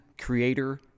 creator